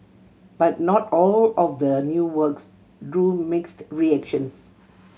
but not all of the new works drew mixed reactions